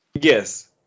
Yes